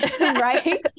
Right